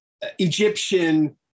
Egyptian